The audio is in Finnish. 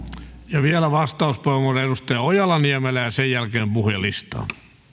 ja vielä vastauspuheenvuoro edustaja ojala niemelä ja sen jälkeen puhujalistaan